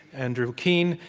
andrew keen.